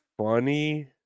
funny